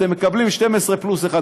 אתם מקבלים 12 פלוס 1,